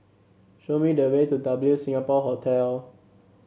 show me the way to W Singapore Hotel